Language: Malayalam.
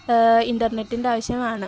ഇന്റർനെറ്റിൻ്റെ ആശ്യമാണ്